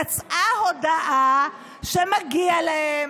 יצאה הודעה שמגיע להם,